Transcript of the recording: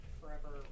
forever